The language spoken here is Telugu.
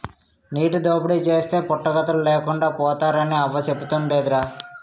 నీటి దోపిడీ చేస్తే పుట్టగతులు లేకుండా పోతారని అవ్వ సెబుతుండేదిరా